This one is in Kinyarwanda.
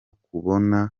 kumbona